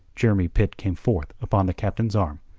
jeremy pitt came forth upon the captain's arm.